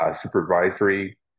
supervisory